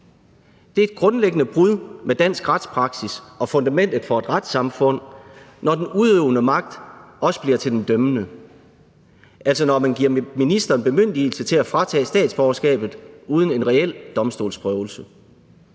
Det er et grundlæggende brud med dansk retspraksis og med fundamentet for et retssamfund, når den udøvende magt også bliver til den dømmende, altså når man giver ministeren bemyndigelse til at fratage statsborgerskabet uden en reel domstolsprøvelse.